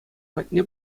патне